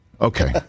Okay